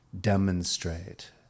demonstrate